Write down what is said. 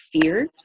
fear